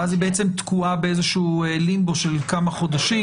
ואז היא בעצם תקועה באיזשהו לימבו של כמה חודשים,